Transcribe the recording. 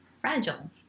fragile